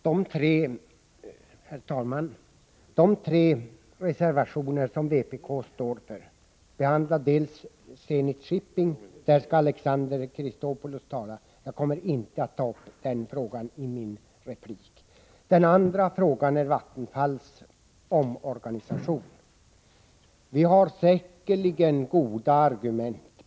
Herr talman! De tre reservationer som vpk står bakom handlar för det första om Zenit Shipping. Det kommer Alexander Chrisopoulos att tala om, varför jag inte tänker ta upp den frågan i min replik. För det andra gäller det Vattenfalls omorganisation.